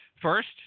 First